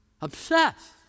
Obsessed